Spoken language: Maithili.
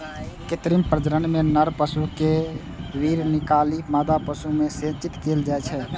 कृत्रिम प्रजनन मे नर पशु केर वीर्य निकालि मादा पशु मे सेचित कैल जाइ छै